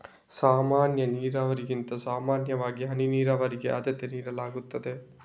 ಸಾಮಾನ್ಯ ನೀರಾವರಿಗಿಂತ ಸಾಮಾನ್ಯವಾಗಿ ಹನಿ ನೀರಾವರಿಗೆ ಆದ್ಯತೆ ನೀಡಲಾಗ್ತದೆ